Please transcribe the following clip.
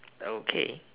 okay